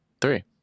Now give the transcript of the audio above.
Three